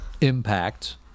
impact